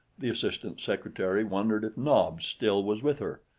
the assistant secretary wondered if nobs still was with her,